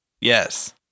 Yes